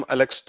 Alex